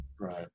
Right